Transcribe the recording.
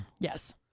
Yes